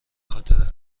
خاطر